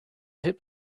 hip